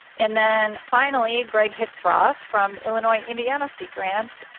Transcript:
and then finally greg hitzroth from illinois-indiana sea grant.